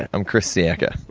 i'm chris sacca.